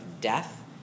death